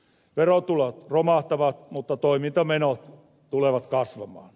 verotulot romahtavat mutta toimintamenot tulevat kasvamaan